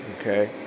Okay